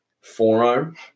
forearm